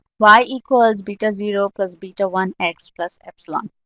y equals beta zero plus beta one x plus epsilon.